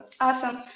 Awesome